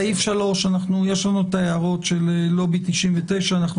סעיף 3 יש לנו ההערות של לובי 99. אנחנו